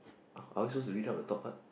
oh are we supposed to read out the top part